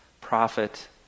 prophet